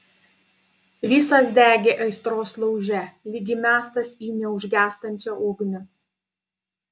visas degė aistros lauže lyg įmestas į neužgęstančią ugnį